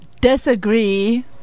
Disagree